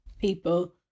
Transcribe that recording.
people